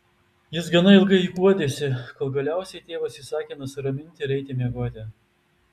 jis gana ilgai guodėsi kol galiausiai tėvas įsakė nusiraminti ir eiti miegoti